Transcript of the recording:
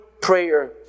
prayer